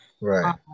Right